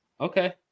Okay